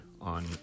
on